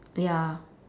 ya